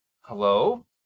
hello